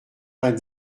vingt